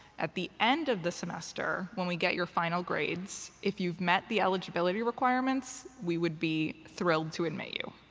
at the end of the semester, when we get your final grades, if you've met the eligibility requirements, we would be thrilled to admit you.